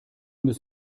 muss